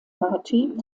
party